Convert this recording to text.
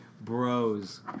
bros